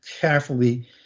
carefully